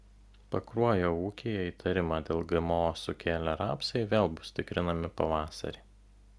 pakruojo ūkyje įtarimą dėl gmo sukėlę rapsai vėl bus tikrinami pavasarį